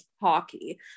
hockey